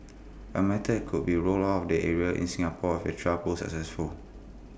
the method could be rolled out the areas in Singapore if the trial proves successful